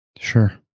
Sure